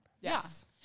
Yes